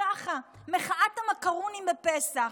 ככה, "מחאת המקרונים" בפסח.